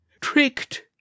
Tricked